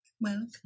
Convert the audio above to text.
Welcome